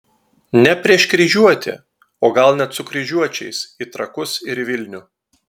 ne prieš kryžiuotį o gal net su kryžiuočiais į trakus ir į vilnių